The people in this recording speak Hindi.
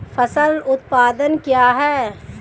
फसल उत्पादन क्या है?